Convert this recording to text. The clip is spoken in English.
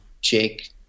Jake